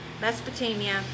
Mesopotamia